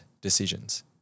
decisions